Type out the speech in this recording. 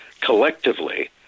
collectively